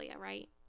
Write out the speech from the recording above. right